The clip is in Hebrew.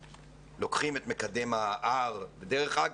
מקדם ה-R ודרך אגב,